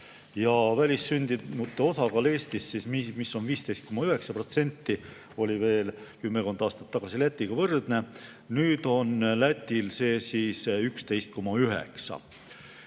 Välissündinute osakaal Eestis, mis on 15,9%, oli veel kümmekond aastat tagasi Lätiga võrdne. Nüüd on Lätil see 11,9%.